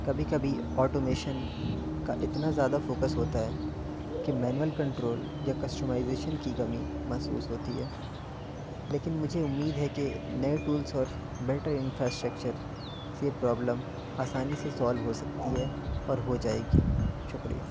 کبھی کبھی آٹومیشن کا اتنا زیادہ فوکس ہوتا ہے کہ مینوئل کنٹرول یا کسٹمائزیشن کی کمی محسوس ہوتی ہے لیکن مجھے امید ہے کہ نئے ٹولس اور بیٹر انفراسٹرکچر سے پرابلم آسانی سے سالو ہو سکتی ہے اور ہو جائے گی شکریہ